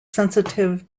sensitive